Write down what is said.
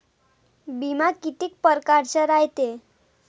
बिमा कितीक परकारचा रायते?